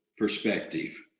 Perspective